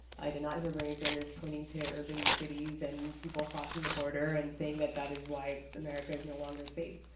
i did not hear bernie sanders pointing to urban cities and people crossing the border and saying that that is why america is no longer safe.